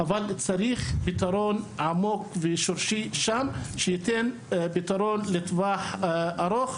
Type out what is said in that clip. אך צריך למצוא פתרון עמוק ושורשי שייתן מענה לטווח ארוך.